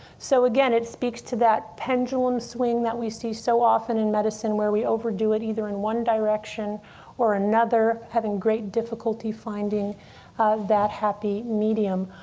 so again, it speaks to that pendulum swing that we see so often in medicine, where we overdo it either in one direction or another, having great difficulty finding that happy medium.